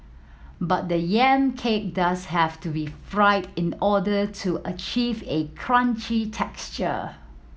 but the yam cake does have to be fried in order to achieve a crunchy texture